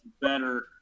better